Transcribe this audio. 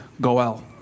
goel